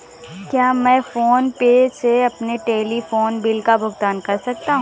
क्या मैं PhonePe से अपने टेलीफोन बिल का भुगतान कर सकता हूँ?